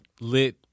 lit